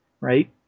Right